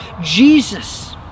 Jesus